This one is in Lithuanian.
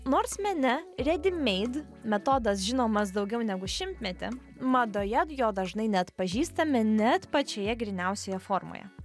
nors mene redi meid metodas žinomas daugiau negu šimtmetį madoje jo dažnai neatpažįstame net pačioje gryniausioje formoje